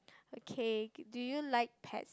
okay do you like pets